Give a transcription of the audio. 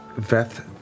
Veth